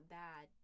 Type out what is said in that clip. bad